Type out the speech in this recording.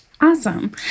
Awesome